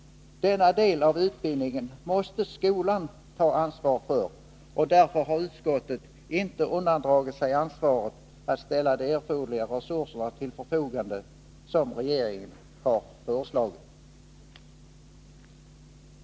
Denna del av utbildningen måste skolan ta ansvar för, och därför har utskottet inte undandragit sig ansvaret att ställa de erforderliga resurser till förfogande som regeringen föreslagit.